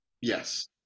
Yes